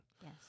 Yes